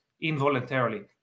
involuntarily